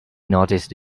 noticed